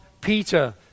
peter